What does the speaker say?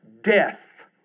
death